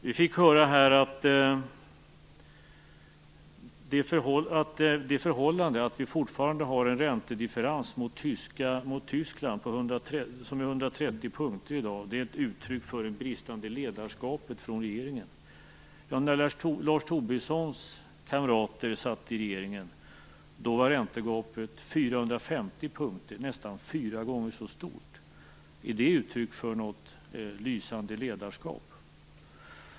Vi fick höra här att det förhållande att vi fortfarande har en räntedifferens mot Tyskland - i dag är den 130 punkter - är ett uttryck för regeringens bristande ledarskap. När Lars Tobissons kamrater satt i regeringen var räntegapet 450 punkter, nästan fyra gånger så stort. Är det ett uttryck för ett lysande ledarskap?